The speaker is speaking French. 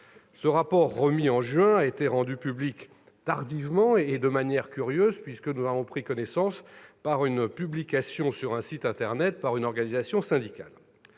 Ce rapport, remis en juin dernier, a été rendu public tardivement et de manière curieuse puisque nous en avons pris connaissance une publication sur un site internet par une organisation syndicale.